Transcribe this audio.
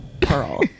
Pearl